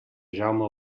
jaume